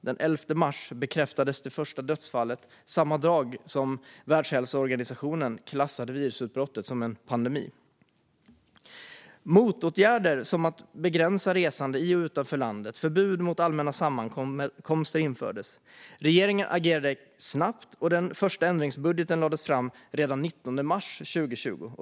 Den 11 mars bekräftades det första dödsfallet - samma dag som Världshälsoorganisationen klassade virusutbrottet som en pandemi. Motåtgärder som att begränsa resande i och utanför landet och förbud mot allmänna sammankomster infördes. Regeringen agerade snabbt, och den första ändringsbudgeten lades fram redan den 19 mars 2020.